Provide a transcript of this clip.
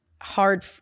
hard